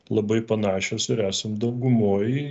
labai panašios ir esam daugumoj